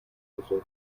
gesunken